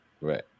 Right